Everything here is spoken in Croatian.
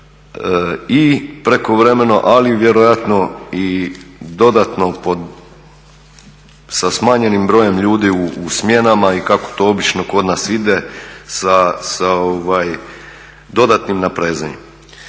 i prekovremeno, ali i vjerojatno dodatno sa smanjenim brojem ljudi u smjenama i kako to obično kod nas ide sa dodatnim naprezanjem.